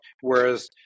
Whereas